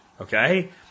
Okay